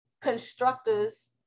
constructors